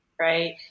right